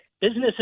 Businesses